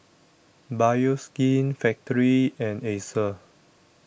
Bioskin Factorie and Acer